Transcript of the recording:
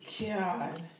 God